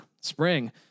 spring